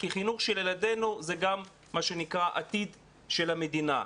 כי החינוך של ילדנו זה גם מה שנקרא עתיד של המדינה.